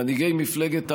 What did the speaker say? מנהיגי מפלגת העבודה,